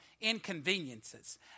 inconveniences